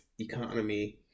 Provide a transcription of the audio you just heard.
economy